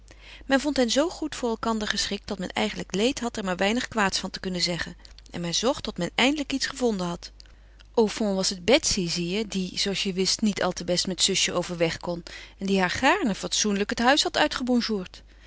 men vond hen zoo goed voor elkander geschikt dat men eigenlijk leed had er maar weinig kwaads van te kunnen zeggen en men zocht tot men eindelijk iets gevonden had au fond was het betsy zie je die zooals je wist niet al te best met zusje overweg kon en die haar gaarne fatsoenlijk het huis had